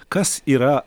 kas yra